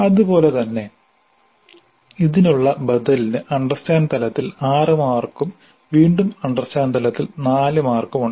അതുപോലെ തന്നെ ഇതിനുള്ള ബദലിന് അണ്ടർസ്റ്റാൻഡ് തലത്തിൽ 6 മാർക്കും വീണ്ടും അണ്ടർസ്റ്റാൻഡ് തലത്തിൽ 4 മാർക്കും ഉണ്ട്